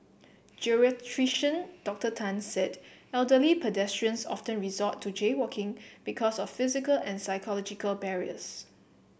Geriatrician Doctor Tan said elderly pedestrians often resort to jaywalking because of physical and psychological barriers